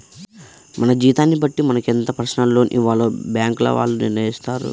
మన జీతాన్ని బట్టి మనకు ఎంత పర్సనల్ లోన్ ఇవ్వాలో బ్యేంకుల వాళ్ళు నిర్ణయిత్తారు